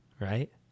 right